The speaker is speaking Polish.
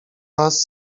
raz